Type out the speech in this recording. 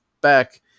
back